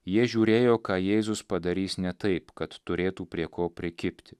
jie žiūrėjo ką jėzus padarys ne taip kad turėtų prie ko prikibti